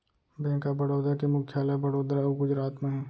bank of Baroda के मुख्यालय बड़ोदरा अउ गुजरात म हे